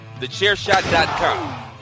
Thechairshot.com